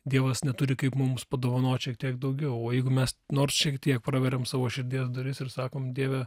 dievas neturi kaip mums padovanot šiek tiek daugiau o jeigu mes nors šiek tiek praveriam savo širdies duris ir sakom dieve